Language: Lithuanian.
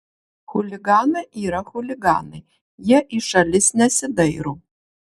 chuliganai yra chuliganai jie į šalis nesidairo